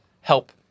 help